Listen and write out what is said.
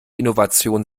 innovation